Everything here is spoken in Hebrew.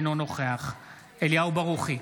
אינו נוכח אליהו ברוכי,